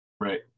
Right